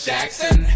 Jackson